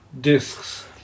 discs